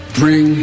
bring